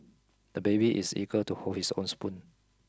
the baby is eager to hold his own spoon